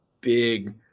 big